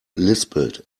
lispelt